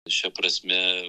šia prasme